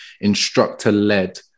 instructor-led